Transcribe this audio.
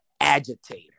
agitator